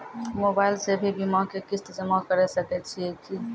Mobile से भी बीमा के किस्त जमा करै सकैय छियै कि?